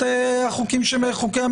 במסגרת חקיקת